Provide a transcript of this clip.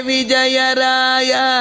Vijayaraya